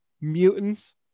mutants